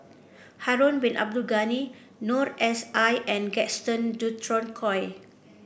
Harun Bin Abdul Ghani Noor S I and Gaston Dutronquoy